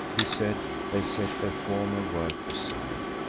he said. they set their former work aside,